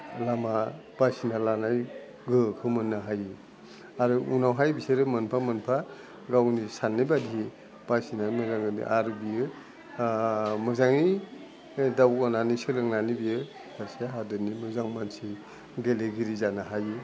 लामा बासिनानै लानाय गोहोखो मोननो हायो आरो उनावहाय बिसोरो मोनफा मोनफा गावनि सान्नायबादियै बासिनानै मोजा जादि आरो बियो मोजाङै दावगानानै सोलोंनानै बियो सासे हादरनि मोजां मानसि गेलेगिरि जानो हायो